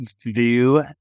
view